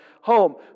home